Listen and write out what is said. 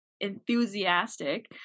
enthusiastic